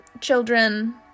children